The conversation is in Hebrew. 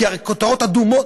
כי הרי הכותרות אדומות.